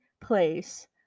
place